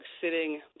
sitting